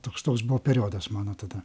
toks toks buvo periodas mano tada